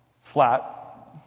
flat